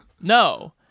No